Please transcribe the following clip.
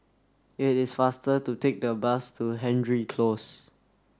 it is faster to take the bus to Hendry Close